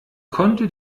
konnte